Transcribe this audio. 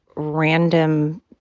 random